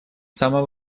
самом